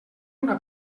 una